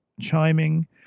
chiming